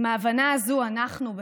עם ההבנה הזו אנחנו,